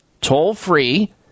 Toll-free